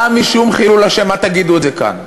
גם משום חילול השם אל תגידו את זה כאן.